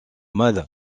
mal